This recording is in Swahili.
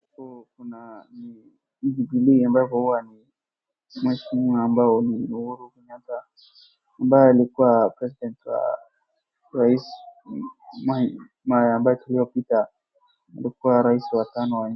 Hapo kuna ni Biblia ambapo huwa ni mheshimiwa ambao ni Uhuru Kenyatta ambaye alikuwa president wa rais miaka ambayo tuliyopita alikuwa rais wa tano.